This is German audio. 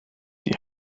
die